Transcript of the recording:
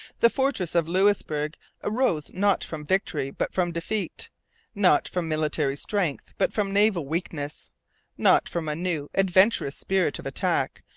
the fortress of louisbourg arose not from victory but from defeat not from military strength but from naval weakness not from a new, adventurous spirit of attack,